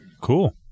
Cool